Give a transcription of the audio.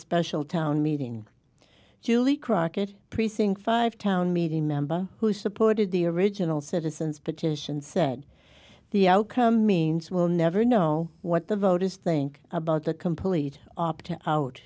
special town meeting julie crockett precinct five town meeting member who supported the original citizens petition said the outcome means we'll never know what the voters think about the complete op